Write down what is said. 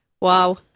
Wow